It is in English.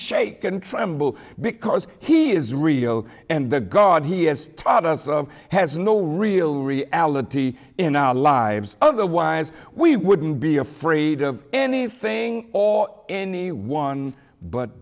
tremble because he is rio and the god he has taught us of has no real reality in our lives otherwise we wouldn't be afraid of anything or anyone but